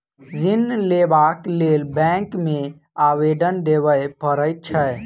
ऋण लेबाक लेल बैंक मे आवेदन देबय पड़ैत छै